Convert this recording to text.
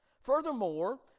Furthermore